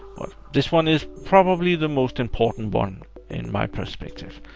this one is probably the most important one in my perspective.